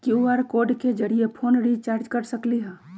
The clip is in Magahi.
कियु.आर कोड के जरिय फोन रिचार्ज कर सकली ह?